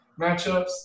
matchups